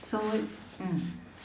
so what's mm